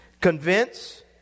Convince